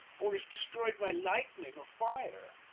or is destroyed by lightning or fire?